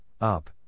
up